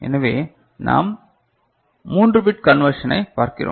எனவே நாம் 3 பிட் கண்வெர்ஷனை பார்க்கிறோம்